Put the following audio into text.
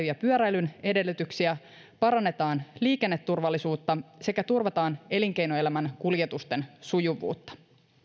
ja pyöräilyn edellytyksiä parannetaan liikenneturvallisuutta sekä turvataan elinkeinoelämän kuljetusten sujuvuutta